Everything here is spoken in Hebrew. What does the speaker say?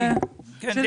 כן, בליסינג.